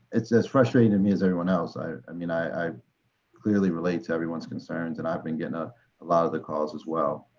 as frustrating to me as everyone else. i i mean i clearly relate to everyone's concerns and i've been getting a lot of the calls, as well.